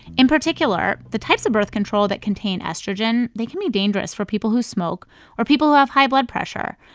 in particular, the types of birth control that contain estrogen they can be dangerous for people who smoke or people who have high blood pressure.